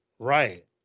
Right